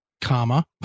comma